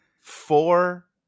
four